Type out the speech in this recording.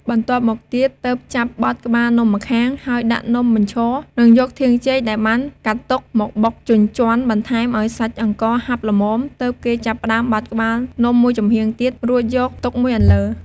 បន្ទាប់មកទៀត ទើបចាប់បត់ក្បាលនំម្ខាង ហើយដាក់នំបញ្ឈរ និងយកធាងចេកដែលបានកាត់ទុក មកបុកជញ្ជាន់បន្ថែមឱ្យសាច់អង្ករហាប់ល្មម ទើបគេចាប់ផ្តើមបត់ក្បាលនំមួយចំហៀងទៀត រួចយកទុកមួយអន្លើ។